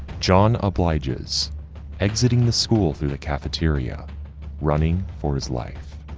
john obliges exiting the school through the cafeteria running for his life.